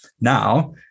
Now